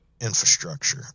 infrastructure